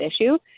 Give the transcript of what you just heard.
issue